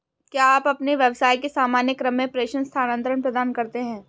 क्या आप अपने व्यवसाय के सामान्य क्रम में प्रेषण स्थानान्तरण प्रदान करते हैं?